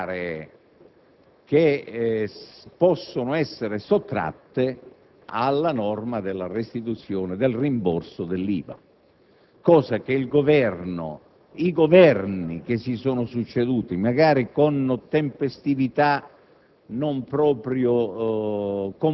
ma queste riflessioni sono sollecitate da una persistenza di iniziativa della Commissione europea che chiede al Governo italiano di volta in volta di specificare quelle aree